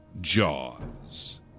Jaws